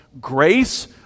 grace